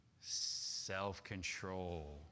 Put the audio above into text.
Self-control